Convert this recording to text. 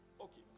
Okay